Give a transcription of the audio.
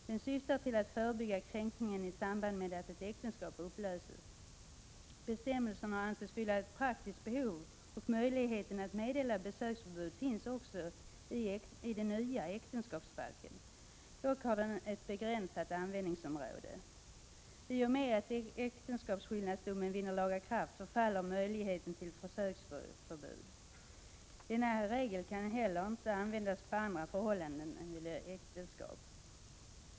Den syftar till att förebygga kränkning i samband med att ett äktenskap upplöses. Bestämmelsen har ansetts fylla ett praktiskt behov, och möjligheten att meddela besöksförbud finns också i nya äktenskapsbalken; dock har den ett begränsat användningsområde. I och med att äktenskapsskillnadsdomen vinner laga kraft förfaller möjligheten till besöksförbud. Denna regel kan inte heller användas på andra förhållanden än äktenskap.